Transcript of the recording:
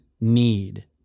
need